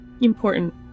important